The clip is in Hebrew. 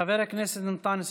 חבר הכנסת אנטאנס